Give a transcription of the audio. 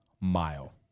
Mile